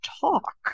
talk